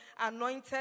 anointed